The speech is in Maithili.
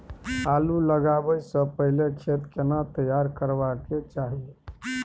आलू लगाबै स पहिले खेत केना तैयार करबा के चाहय?